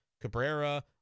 Cabrera